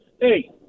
Hey